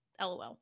lol